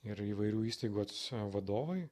ir įvairių įstaigų vadovai